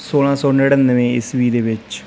ਸੌਲ੍ਹਾਂ ਸੌ ਨੜ੍ਹਿਨਵੇਂ ਈਸਵੀ ਦੇ ਵਿੱਚ